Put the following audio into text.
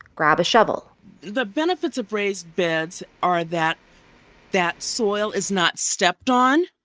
grab a shovel the benefits of raised beds are that that soil is not stepped on,